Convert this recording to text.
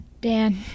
Dan